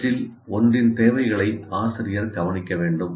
இவற்றில் ஒன்றின் தேவைகளை ஆசிரியர் கவனிக்க வேண்டும்